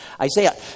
Isaiah